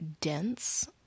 dense